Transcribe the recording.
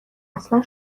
اصلا